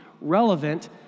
relevant